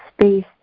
space